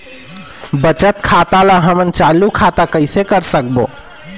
बचत खाता ला हमन चालू खाता कइसे कर सकबो?